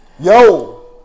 Yo